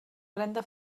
renda